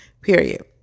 period